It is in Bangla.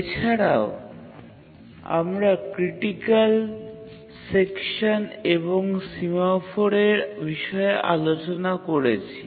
এছাড়াও আমরা ক্রিটিকাল সেকশান এবং সিমাফোরের বিষয়ে আলোচনা করেছি